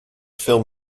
film